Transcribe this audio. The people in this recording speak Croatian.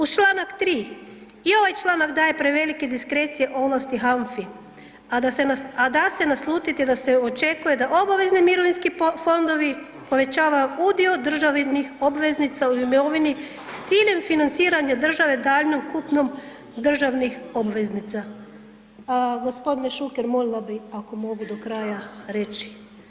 Uz čl. 3., i ovaj članak daje prevelike diskrecije ovlasti HANFA-i, a da se naslutiti da se očekuje da obavezni mirovinski fondovi povećavaju udio državnih obveznica o imovini s ciljem financiranja države daljnjom kupnjom državnih obveznica. g. Šuker, molila bi ako mogu do kraja reći.